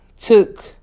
took